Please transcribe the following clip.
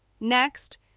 Next